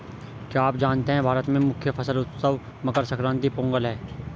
क्या आप जानते है भारत में मुख्य फसल उत्सव मकर संक्रांति, पोंगल है?